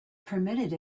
permitted